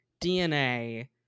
DNA